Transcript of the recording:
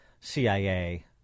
CIA